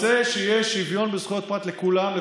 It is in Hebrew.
אני רוצה שיהיה שוויון בזכויות פרט לכולם,